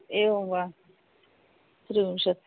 एवं वा त्रिंशत्